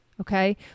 Okay